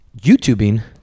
YouTubing